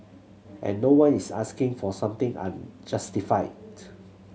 and no one is asking for something unjustified